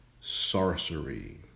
sorcery